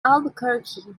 albuquerque